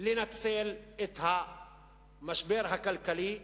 לנצל את המשבר הכלכלי,